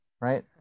Right